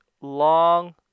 long